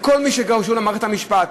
של כל מי שקשור למערכת המשפט.